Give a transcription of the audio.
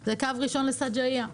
זה קו ראשון לסג'עייה;